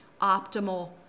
optimal